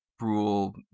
rule